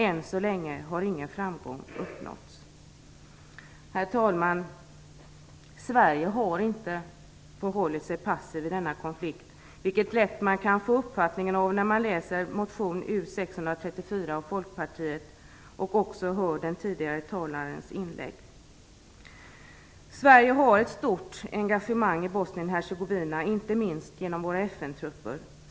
Än så länge har ingen framgång uppnåtts. Herr talman! Sverige har inte förhållit sig passivt i denna konflikt, vilket man lätt kan få uppfattningen av när man läser motion U634 av Folkpartiet och hörde den tidigare talarens inlägg. Sverige har ett stort engagemang i Bosnien-Hercegovina, inte minst genom våra FN-trupper.